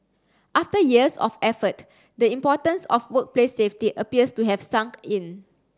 after years of effort the importance of workplace safety appears to have sunk in